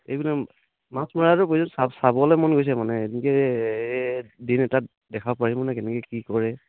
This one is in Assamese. এই মাছ মৰাটো বৈ চাবলৈ মন গৈছে মানে এনেকৈ দিন এটাত দেখাব পাৰিম নে কেনেকৈ কি কৰে